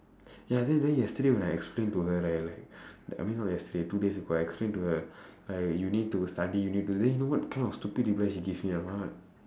ya then then yesterday when I explained to her right like like I mean not yesterday two days ago I explain to her like you need to study you need to then you know what kind of stupid reply she give me or not